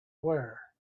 wear